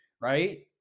right